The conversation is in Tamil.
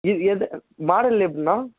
இ எது மாடல் எப்படிண்ணா